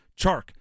Chark